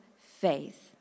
faith